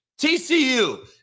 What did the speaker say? TCU